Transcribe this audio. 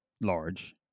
large